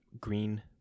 Green